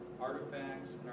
artifacts